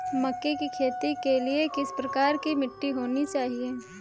मक्के की खेती के लिए किस प्रकार की मिट्टी होनी चाहिए?